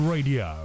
Radio